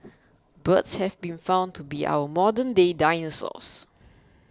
birds have been found to be our modernday dinosaurs